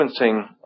sequencing